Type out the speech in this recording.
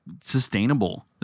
sustainable